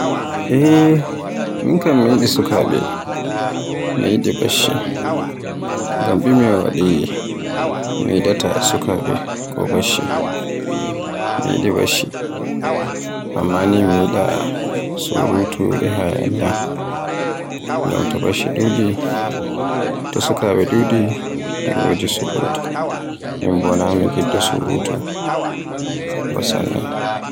Eey min kam mi yiɗi sukaaɓe, mi yiɗi batcci, ngam ɗume waɗi mi yiɗaata sukaaɓe ko batcci. Mi yiɗi batcci amma ni mi yiɗa surutu e hayaniya, ngam to batcci ɗuɗi, to sukaaɓe ɗuɗi e wodi surutu, min bo na mi njiɗɗo surutu, sanne.